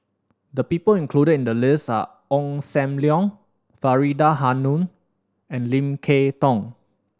the people included in the list are Ong Sam Leong Faridah Hanum and Lim Kay Tong